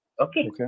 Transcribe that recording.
Okay